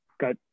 got